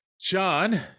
John